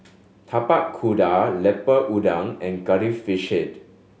Tapak Kuda Lemper Udang and Curry Fish Head